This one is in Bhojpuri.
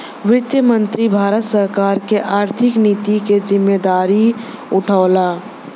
वित्त मंत्री भारत सरकार क आर्थिक नीति क जिम्मेदारी उठावला